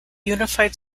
unified